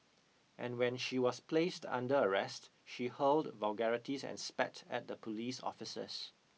and when she was placed under arrest she hurled vulgarities and spat at the police officers